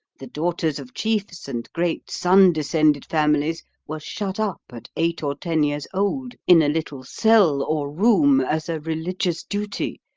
the daughters of chiefs and great sun-descended families were shut up at eight or ten years old, in a little cell or room, as a religious duty,